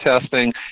testing